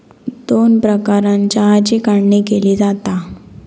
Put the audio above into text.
दोन प्रकारानं चहाची काढणी केली जाता